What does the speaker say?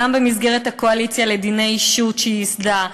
גם במסגרת הקואליציה לדיני אישות שהיא ייסדה,